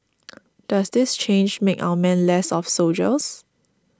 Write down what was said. does this change make our men less of soldiers